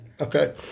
Okay